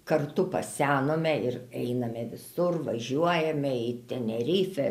kartu pasenome ir einame visur važiuojame į tenerifę